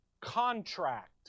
contract